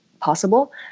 possible